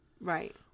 right